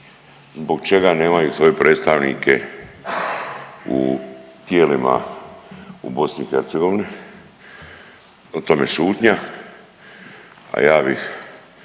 zbog čega nemaju svoje predstavnike u tijelima u BiH, o tome šutnja, a ja bih